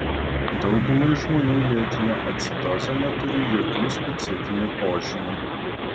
daugumai žmonių lėtinė acidozė neturi jokių specifinių požymių